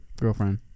girlfriend